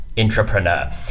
Entrepreneur